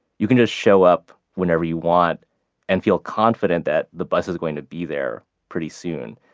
you can just show up whenever you want and feel confident that the bus is going to be there pretty soon.